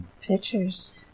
Pictures